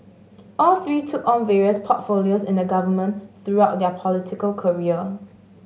all three took on various portfolios in the government throughout their political career